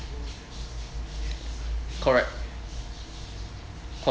correct